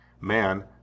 Man